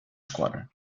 squadron